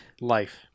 life